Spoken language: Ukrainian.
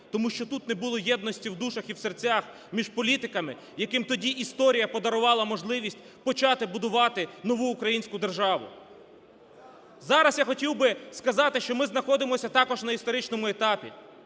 Тому що тут не було єдності в душах і в серцях між політиками, яким тоді історія подарувала можливість почати будувати нову українську державу. Зараз я хотів би сказати, що ми знаходимося також на історичному етапі.